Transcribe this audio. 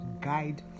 guide